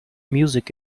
music